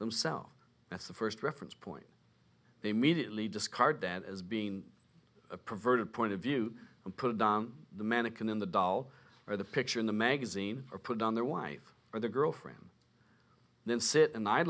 themselves that's the first reference point they immediately discard that as being a perverted point of view and put the mannequin in the doll or the picture in the magazine or put on their wife or the girlfriend then sit and i